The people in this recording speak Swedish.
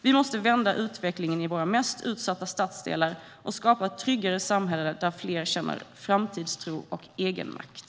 Vi måste vända utvecklingen i våra mest utsatta stadsdelar och skapa ett tryggare samhälle där fler känner framtidstro och egenmakt.